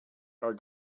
are